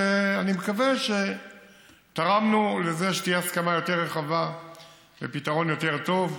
אני מקווה שתרמנו לזה שתהיה הסכמה יותר רחבה ופתרון יותר טוב.